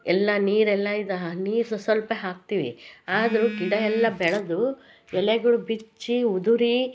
ಎಲ್ಲ ನೀರೆಲ್ಲ ಇದು ಆ ನೀರು ಸ್ವಲ್ಪ ಸ್ವಲ್ಪ ಹಾಕ್ತೀವಿ ಆದರೂ ಗಿಡಯೆಲ್ಲ ಬೆಳೆದು ಎಲೆಗಳು ಬಿಚ್ಚಿ ಉದುರಿ